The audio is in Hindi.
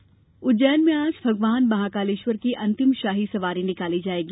महाकाल सवारी उज्जैन में आज भगवान महाकालेश्वर की अंतिम शाही सवारी निकाली जाएगी